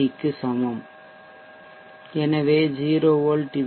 க்கு ஒத்திருக்கிறது எனவே 0 வோல்ட் வி